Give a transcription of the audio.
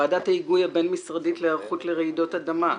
ועדת ההיגוי הבין-משרדית להיערכות לרעידות אדמה.